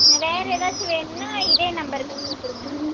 வேறு ஏதாச்சும் வேண்னா இதே நம்பருக்கு கூப்பிடுங்க